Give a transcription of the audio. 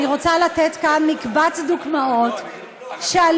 אני רוצה לתת כאן מקבץ דוגמאות שעלו